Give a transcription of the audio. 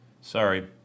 Sorry